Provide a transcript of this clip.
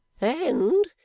And